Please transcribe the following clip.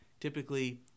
Typically